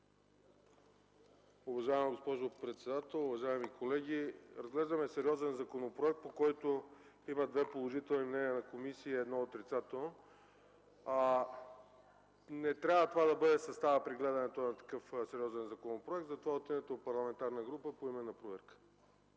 Уважаема госпожо председател, уважаеми колеги! Разглеждаме сериозен законопроект, по който има две положителни мнения на комисии и едно отрицателно. Не трябва това да бъде съставът при гледането на такъв сериозен законопроект. Затова от името на Парламентарната група на Синята